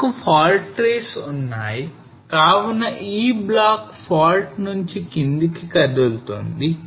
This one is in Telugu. మనకు fault rays ఉన్నాయి కావున ఈ బ్లాక్ fault నుంచి కిందికి కదులుతుంది